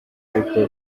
ariko